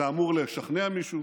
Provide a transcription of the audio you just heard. זה אמור לשכנע מישהו,